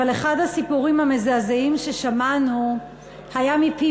אבל אחד הסיפורים המזעזעים ששמענו היה מפי